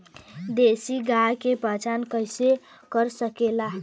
देशी गाय के पहचान कइसे कर सकीला?